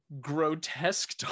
grotesque